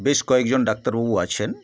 বেশ কয়েকজন ডাক্তারবাবু আছেন